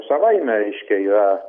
savaime reiškia yra